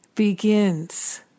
begins